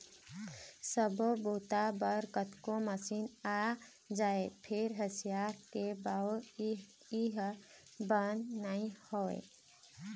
सब्बो बूता बर कतको मसीन आ जाए फेर हँसिया के बउरइ ह बंद नइ होवय